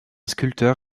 sculpteur